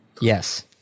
Yes